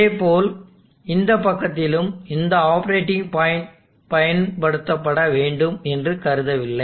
அதேபோல் இந்த பக்கத்திலும் இந்த ஆப்பரேட்டிங் பாயிண்ட் பயன்படுத்தப்பட வேண்டும் என்று கருதவில்லை